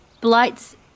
blights